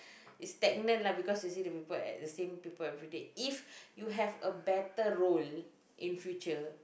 it's stagnant lah because you see the people at the same people everyday if you have a better role in future